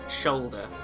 shoulder